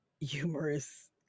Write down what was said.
humorous